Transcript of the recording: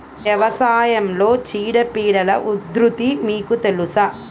వ్యవసాయంలో చీడపీడల ఉధృతి మీకు తెలుసా?